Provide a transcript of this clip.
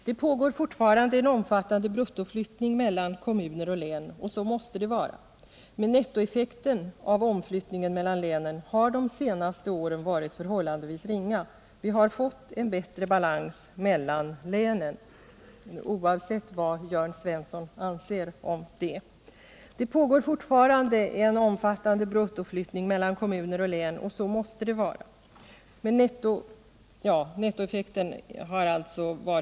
Det pågår fortfarande en omfattande bruttoflyttning mellan kommuner och län, och så måste det vara, men nettoeffekten av omflyttningen mellan länen har de senaste åren varit förhållandevis ringa. Vi har fått en bättre balans mellan länen, oavsett vad Jörn Svensson anser om det.